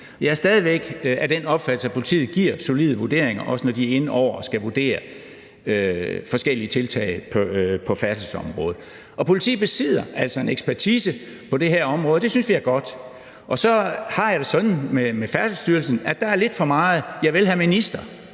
Jeg er stadig væk af den opfattelse, at politiet giver solide vurderinger, også når de skal vurdere forskellige tiltag på færdselsområdet. Og politiet besidder altså en ekspertise på det her område, og det synes vi er godt. Og så har jeg det sådan med Færdselsstyrelsen, at der er lidt for meget »Javel, hr. minister«